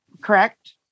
Correct